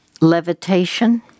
Levitation